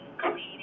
cleaning